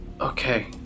Okay